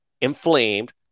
inflamed